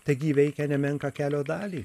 taigi įveikę nemenką kelio dalį